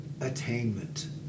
attainment